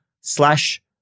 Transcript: slash